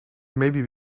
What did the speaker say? maybe